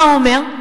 מה הוא אומר?